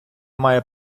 має